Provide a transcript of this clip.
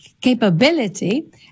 capability